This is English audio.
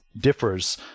differs